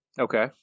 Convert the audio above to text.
Okay